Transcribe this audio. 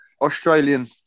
Australian